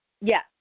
Yes